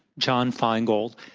john feingold.